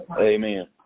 Amen